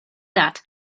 that